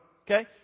Okay